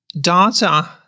data